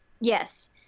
Yes